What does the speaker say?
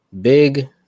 Big